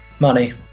Money